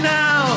now